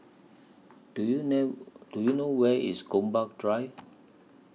Do YOU Do YOU know Where IS Gombak Drive